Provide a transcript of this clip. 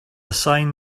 sign